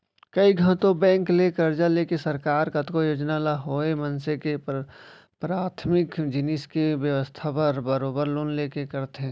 कइ घौं तो बेंक ले करजा लेके सरकार कतको योजना ल होवय मनसे के पराथमिक जिनिस के बेवस्था बर बरोबर लोन लेके करथे